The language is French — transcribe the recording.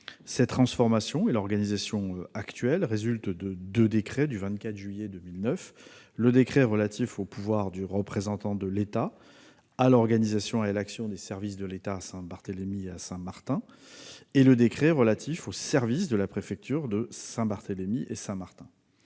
Cette transformation et l'organisation actuelle résultent de deux décrets du 24 juillet 2009 : d'abord, le décret relatif aux pouvoirs du représentant de l'État, à l'organisation et à l'action des services de l'État à Saint-Barthélemy et à Saint-Martin ; ensuite, le décret relatif aux services de la préfecture de Saint-Barthélemy et Saint-Martin.